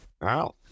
Wow